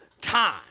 time